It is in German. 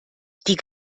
die